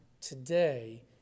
today